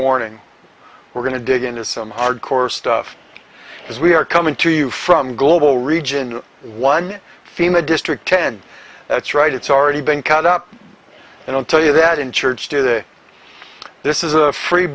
warning we're going to dig into some hard core stuff as we are coming to you from global region one fema district ten that's right it's already been caught up and i'll tell you that in church today this is a free